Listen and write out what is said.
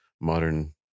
modern